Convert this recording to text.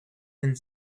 and